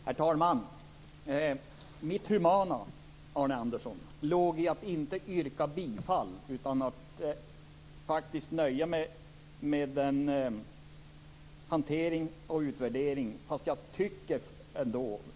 Herr talman! Det humana, Arne Andersson, låg i att inte yrka bifall utan att faktiskt nöja mig med hanteringen och med den utvärdering som skall ske.